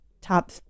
top